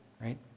right